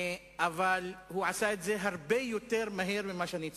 אבל הוא עשה את זה הרבה יותר מהר מכפי שאני ציפיתי.